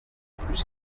plus